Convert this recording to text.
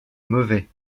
mauvais